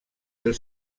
del